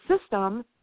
system